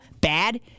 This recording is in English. bad